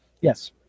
Yes